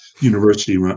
university